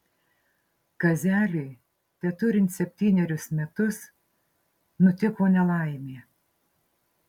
kazeliui teturint septynerius metus nutiko nelaimė